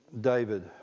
David